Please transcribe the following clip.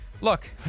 look